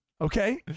Okay